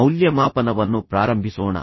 ಮೌಲ್ಯಮಾಪನವನ್ನು ಪ್ರಾರಂಭಿಸೋಣ